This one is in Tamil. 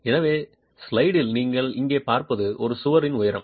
எனவே ஸ்லைடில் நீங்கள் இங்கே பார்ப்பது ஒரு சுவரின் உயரம்